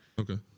Okay